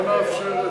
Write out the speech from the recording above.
לא נאפשר את זה,